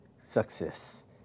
success